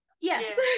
yes